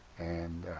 and